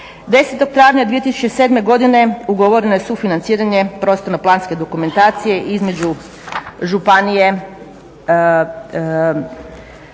10. travnja 2007. godine ugovoreno je sufinanciranje prostorno planske dokumentacije između županije i